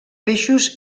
peixos